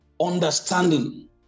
understanding